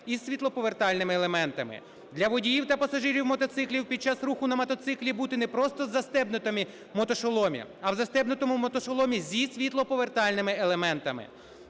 із світлоповертальними елементами. Для водіїв та пасажирів мотоциклів під час руху на мотоциклі бути не просто в застебнутому мотошоломі, а в застебнутому мотошоломі зі світлоповертальними елементами.